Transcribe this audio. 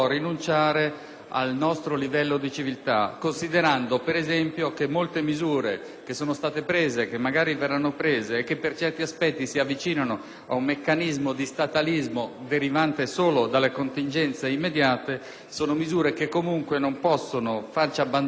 al nostro livello di civiltà, considerando, per esempio, che molte misure che sono state adottate, che magari verranno adottate e che, per certi aspetti, si avvicinano ad un meccanismo di statalismo derivante solo dalle contingenze immediate, comunque non possono farci abbandonare la linea